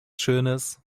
schönes